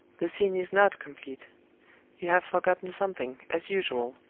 the scene is not complete you have forgotten something, as usual.